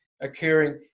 occurring